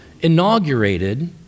inaugurated